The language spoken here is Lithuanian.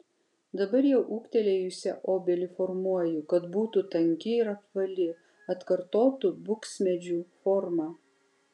dabar jau ūgtelėjusią obelį formuoju kad būtų tanki ir apvali atkartotų buksmedžių formą